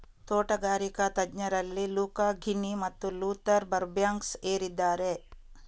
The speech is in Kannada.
ತೋಟಗಾರಿಕಾ ತಜ್ಞರಲ್ಲಿ ಲುಕಾ ಘಿನಿ ಮತ್ತು ಲೂಥರ್ ಬರ್ಬ್ಯಾಂಕ್ಸ್ ಏರಿದ್ದಾರೆ